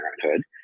Parenthood